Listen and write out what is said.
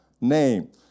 name